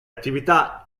attività